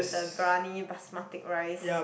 the biryani basmati rice